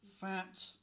fat